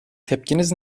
tepkiniz